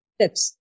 tips